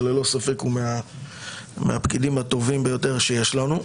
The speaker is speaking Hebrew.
שללא ספק הוא מהפקידים הטובים ביותר שיש לנו.